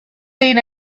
been